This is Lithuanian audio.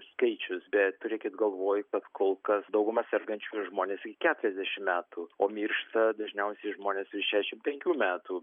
skaičius bet turėkit galvoj kad kol kas dauguma sergančiųjų yra žmonės iki keturiasdešim metų o miršta dažniausiai žmonės ir šešiasdešim penkių metų